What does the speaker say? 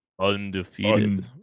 Undefeated